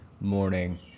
morning